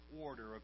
order